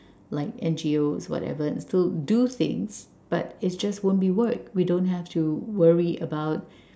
like N_G_Os whatever and so do things but it just won't be work we don't have to worry about